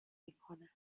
میکنم